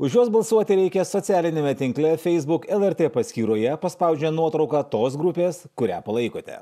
už juos balsuoti reikės socialiniame tinkle facebook lrt paskyroje paspaudžia nuotrauką tos grupės kurią palaikote